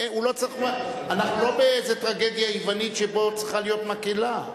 אנחנו לא באיזה טרגדיה יוונית שצריכה להיות מקהלה.